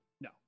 No